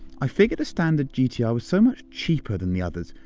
i figured a standard gt-r was so much cheaper than the others,